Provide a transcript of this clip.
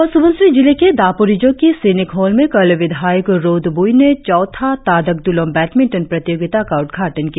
अपर सुबनसिरी जिले के दापोरिजों के सिन्यिक हॉल में कल विधायक रोद ब्रई ने चौथा तादक द्रलोम बैडमिंटन प्रतियोगिता का उद्घाटन किया